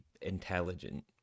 intelligent